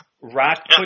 Rock